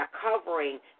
covering